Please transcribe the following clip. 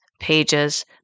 pages